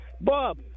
Bob